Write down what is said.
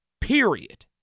Period